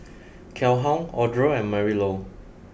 Calhoun Audra and Marylou